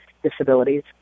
disabilities